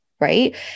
right